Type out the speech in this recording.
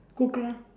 cook lah